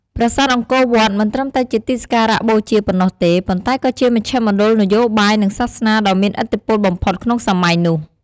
ប្រាសាទអង្គរវត្តមិនត្រឹមតែជាទីសក្ការៈបូជាប៉ុណ្ណោះទេ ប៉ុន្តែក៏ជាមជ្ឈមណ្ឌលនយោបាយ និងសាសនាដ៏មានឥទ្ធិពលបំផុតក្នុងសម័យនោះ។